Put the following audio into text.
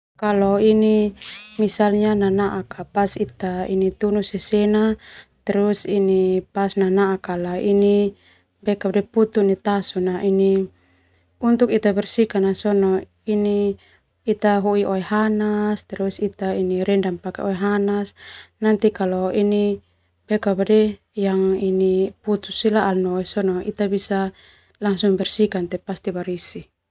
Kalau ini misalnya nanaak pas ita tunu sesena boma nana'ak kala ini putu ni tasu na untuk ita bersihkan sona ini ita poa oehanas terus ita ini rendam pake oehanasa nanti kalau ini ho ita tahani ana noe sona ita bersihkan leo te barisi.